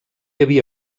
havia